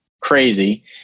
crazy